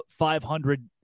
500